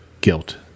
guilt